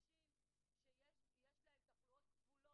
היום 5 בדצמבר, כ"ז בכסלו,